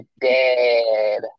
dead